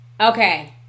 Okay